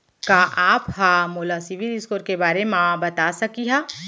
का आप हा मोला सिविल स्कोर के बारे मा बता सकिहा?